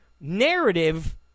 narrative